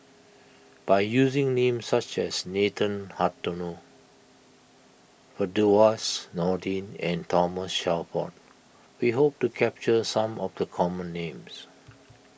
by using names such as Nathan Hartono Firdaus Nordin and Thomas Shelford we hope to capture some of the common names